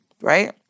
right